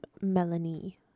Melanie